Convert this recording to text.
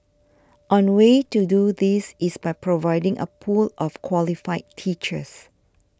on way to do this is by providing a pool of qualified teachers